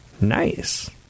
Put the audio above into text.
Nice